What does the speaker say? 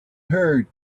heard